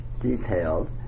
detailed